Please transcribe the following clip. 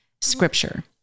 scripture